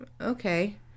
okay